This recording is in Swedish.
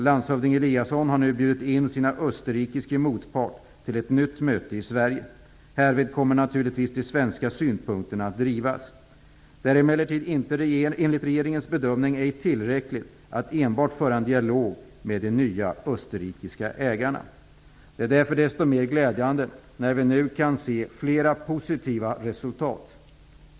Landshövding Eliasson har nu bjudit in sin österrikiske motpart till ett nytt möte i Sverige. Härvid kommer naturligtvis den svenska synpunkterna att drivas. Det är emellertid enligt regeringens bedömning ej tillräckligt att enbart föra en dialog med de nya österrikiska ägarna. Det är därför desto mer glädjande när vi nu kan se flera positiva resultat.